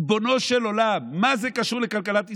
ריבונו של עולם, מה זה קשור לכלכלת ישראל?